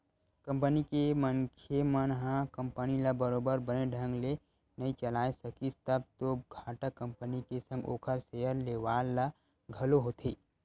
company के मनखे मन ह कंपनी ल बरोबर बने ढंग ले नइ चलाय सकिस तब तो घाटा कंपनी के संग ओखर सेयर लेवाल ल घलो होथे